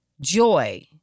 joy